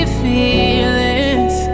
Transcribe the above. feelings